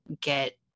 get